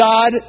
God